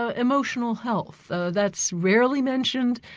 ah emotional health. so that's rarely mentioned,